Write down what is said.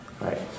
right